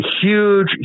huge